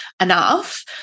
enough